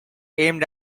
aimed